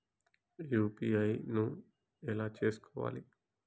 UPI ను ఎలా చేస్కోవాలి?